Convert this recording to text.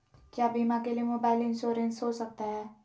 क्या बीमा के लिए मोबाइल इंश्योरेंस हो सकता है?